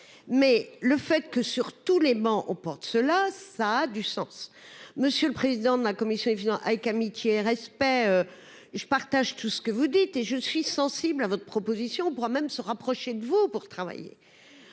mais le fait que, sur tous les bancs oh portes cela ça a du sens, monsieur le président de la commission évident avec amitié et respect, je partage tout ce que vous dites et je suis sensible à votre proposition pourra même se rapprocher de vous pour travailler